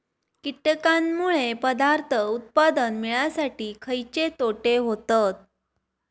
कीटकांनमुळे पदार्थ उत्पादन मिळासाठी खयचे तोटे होतत?